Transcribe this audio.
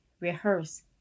rehearse